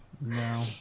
No